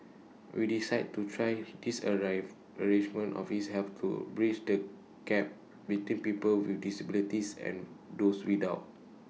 we decided to try this arrive arrangement of its helps to bridge the gap between people with disabilities and those without